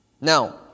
Now